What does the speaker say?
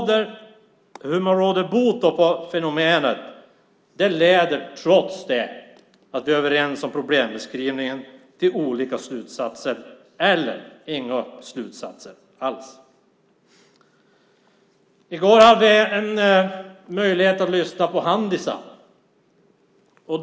Men hur man råder bot på fenomenet leder trots att vi är överens om problembeskrivningen till olika slutsatser eller inga slutsatser alls. I går hade vi möjlighet att lyssna på representanter från Handisam.